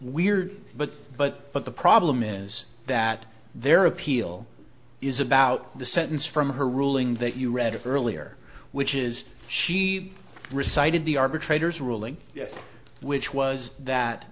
weird but but but the problem is that their appeal is about the sentence from her ruling that you read earlier which is she reciting the arbitrator's ruling which was